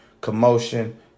commotion